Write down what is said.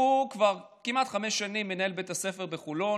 הוא כבר כמעט חמש שנים מנהל בית הספר בחולון,